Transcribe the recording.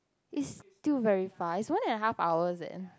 is still very far it's one and the half hours leh